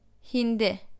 Hindi